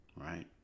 right